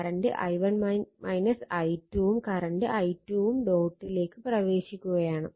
current i1 i2 ഉം current i2 ഉം ഡോട്ടിലേക്ക് പ്രവേശിക്കുകയാണ്